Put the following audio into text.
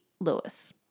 Lewis